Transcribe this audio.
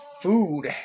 food